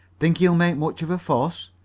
think he'll make much of a fuss?